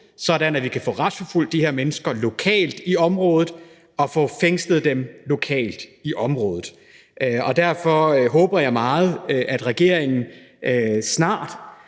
sådan at vi kan få retsforfulgt de her mennesker lokalt i området og få dem fængslet lokalt i området. Og derfor håber jeg meget, at regeringen snart